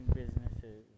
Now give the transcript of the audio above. businesses